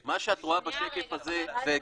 מה שאת רואה בשקף הזה, וגרוטו,